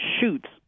shoots